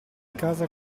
casa